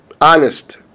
honest